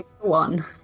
One